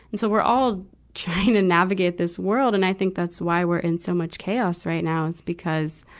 and so, we're all trying to navigate this world. and i think that's why we're in so much chaos right now, is because,